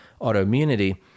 autoimmunity